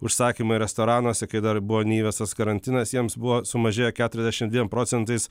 užsakymai restoranuose kai dar buvo neįvestas karantinas jiems buvo sumažėjo keturiasdešim dviem procentais